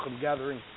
gathering